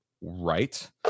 right